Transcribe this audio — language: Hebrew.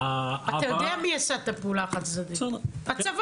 אתה יודע מי עשה את הפעולה החד צדדית, הצבא.